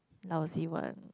lousy one